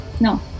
No